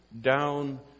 down